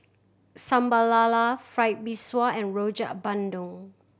Sambal Lala Fried Mee Sua and Rojak Bandung